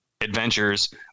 adventures